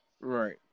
Right